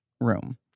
room